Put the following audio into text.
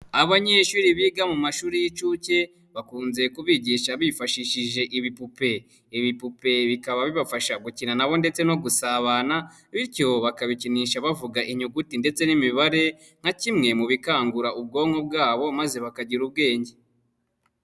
Abanyeshuri biga mu mashuri y'inshuke bakunze kubigisha bifashishije ibipupe, ibipupe bikaba bibafasha gukina nabo ndetse no gusabana bityo bakabikinisha bavuga inyuguti ndetse n'imibare nka kimwe mu bikangura ubwonko bwabo maze bakagira ubwenge.